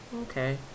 okay